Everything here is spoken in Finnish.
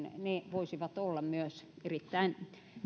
voisivat olla myös erittäin